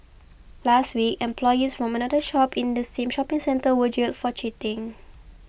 last week employees from another shop in the same shopping centre were jailed for cheating